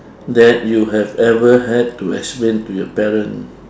that you have ever had to explain to your parent